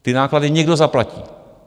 Ty náklady někdo zaplatí.